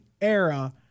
era